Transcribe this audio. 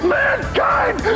mankind